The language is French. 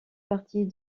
partie